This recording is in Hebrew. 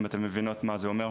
אם אתן מבינות מה זה אומר,